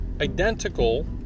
identical